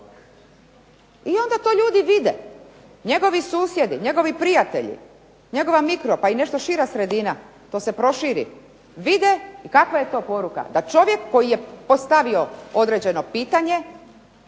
I onda to ljudi vide, njegovi susjedi, njegovi prijatelji, to se proširi, vide kakva je to poruka, da čovjek koji je postavio određeno pitanje,